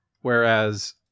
Whereas